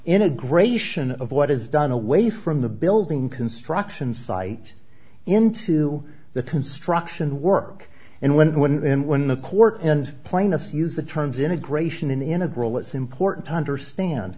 integration of what is done away from the building construction site into the construction work and when when and when the court and plaintiffs use the terms integration in the integral is important to understand